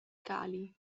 cali